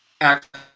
act